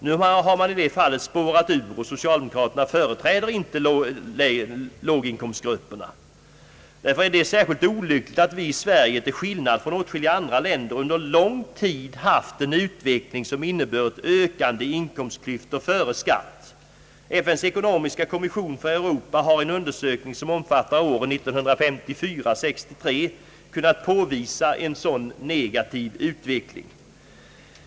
Nu har man i det fallet spårat ur, och socialdemokraterna företräder inte låginkomstgrupperna. Det är därför särskilt olyckligt, att vi i Sverige — till skillnad från åtskilliga andra länder — under lång tid haft en utveckling, som inneburit ökan de inkomstklyftor före skatt. FN:s ekonomiska kommission för Europa har i en undersökning som omfattar åren 1954—1963 kunnat påvisa en sådan negativ utveckling.